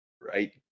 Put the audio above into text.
right